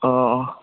অঁ অঁ